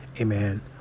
Amen